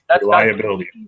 reliability